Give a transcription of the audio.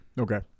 Okay